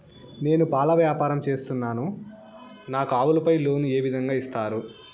నేను పాల వ్యాపారం సేస్తున్నాను, నాకు ఆవులపై లోను ఏ విధంగా ఇస్తారు